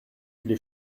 les